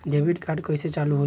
Debit card कइसे चालू होई?